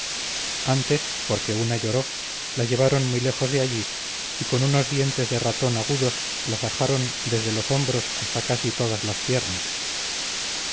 antes porque una lloró la llevaron muy lejos de allí y con unos dientes de ratón agudos la sajaron desde los hombros hasta casi todas las piernas